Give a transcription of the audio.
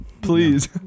Please